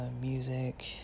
music